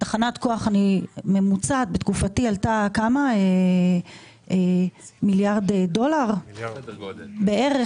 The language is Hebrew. תחנת כוח ממוצעת עלתה בתקופתי מיליארד דולר בערך,